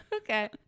okay